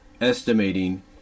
estimating